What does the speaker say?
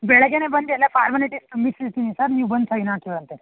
ಬೆಳಗ್ಗೆಯೇ ಬಂದು ಎಲ್ಲ ಫಾರ್ಮಾಲಿಟೀಸ್ ಮುಗ್ಸಿರ್ತೀನಿ ಸರ್ ನೀವು ಬಂದು ಸೈನ್ ಹಾಕುವ್ರಂತೆ